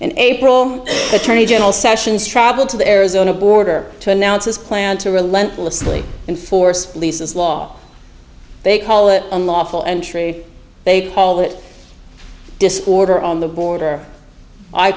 and april attorney general sessions traveled to the arizona border to announce his plan to relentlessly enforce lisas law they call it unlawful entry they call it discord or on the border i